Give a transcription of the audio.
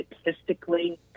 statistically